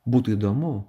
būtų įdomu